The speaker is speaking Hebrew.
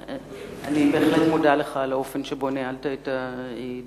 ואני בהחלט מודה לך על האופן שבו ניהלת את הדיונים.